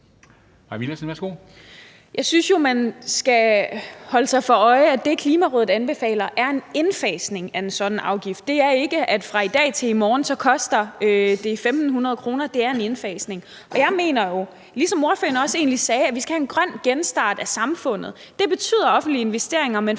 synes jo, man skal holde sig for øje, at det, Klimarådet anbefaler, er en indfasning af en sådan afgift og ikke, at det fra den ene dag til den anden vil koste 1.500 kr. Der er tale om en indfasning. Jeg mener jo, som ordføreren egentlig også sagde, at vi skal have en grøn genstart af samfundet, og det betyder offentlige investeringer, men